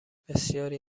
بسیاری